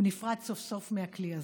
הוא נפרד סוף-סוף מהכלי הזה.